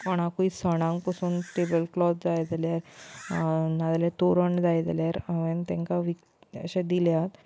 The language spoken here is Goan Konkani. कोणाकूय सणांक पुसून टेबल क्लोत जाय जाल्यार नाजाल्या तोरण जाय जाल्यार हांवेंन तेंकां विकतें अशे दिल्यात